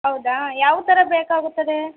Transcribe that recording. ಹೌದಾ ಯಾವ ಥರ ಬೇಕಾಗುತ್ತದೆ